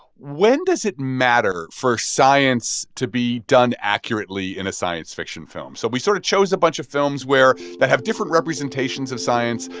when does it matter for science to be done accurately in a science fiction film? so we sort of chose a bunch of films where that have different representations of science.